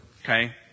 Okay